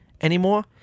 anymore